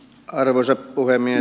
arvoisa puhemies